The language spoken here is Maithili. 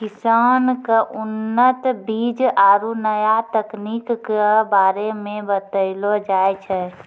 किसान क उन्नत बीज आरु नया तकनीक कॅ बारे मे बतैलो जाय छै